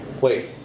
Wait